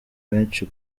benshi